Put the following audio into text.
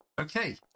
Okay